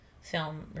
film